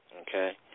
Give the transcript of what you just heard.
Okay